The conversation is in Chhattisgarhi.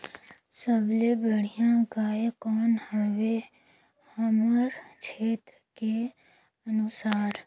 सबले बढ़िया गाय कौन हवे हमर क्षेत्र के अनुसार?